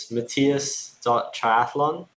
Matthias.Triathlon